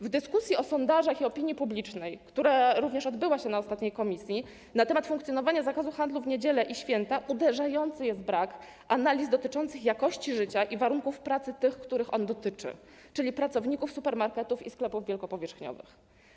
W dyskusji o sondażach i opinii publicznej, która odbyła się na ostatnim posiedzeniu komisji, na temat funkcjonowania zakazu handlu w niedzielę i święta uderzający jest brak analiz dotyczących jakości życia i warunków pracy tych, których on dotyczy, czyli pracowników supermarketów i sklepów wielkopowierzchniowych.